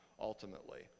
ultimately